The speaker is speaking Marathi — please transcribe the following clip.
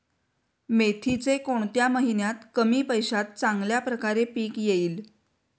मेथीचे कोणत्या महिन्यात कमी पैशात चांगल्या प्रकारे पीक येईल?